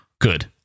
good